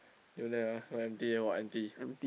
you that one your empty your empty